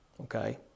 Okay